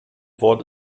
wort